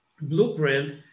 blueprint